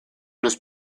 nos